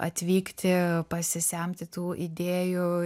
atvykti pasisemti tų idėjų